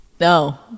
No